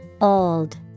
Old